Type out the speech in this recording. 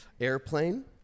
Airplane